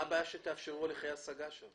מה הבעיה שתאפשרו הליכי השגה שם?